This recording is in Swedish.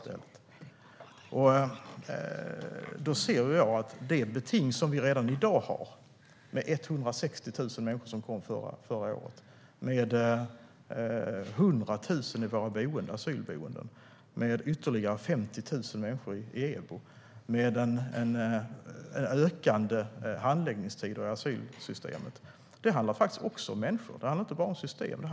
Vi har redan i dag ett beting med 160 000 människor som kom förra året, med 100 000 på våra asylboenden, med ytterligare 50 000 människor i EBO och med utökade handläggningstider i asylsystemet. Det handlar faktiskt också om människor. Det handlar inte bara om systemet.